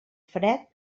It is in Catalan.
fred